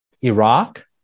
Iraq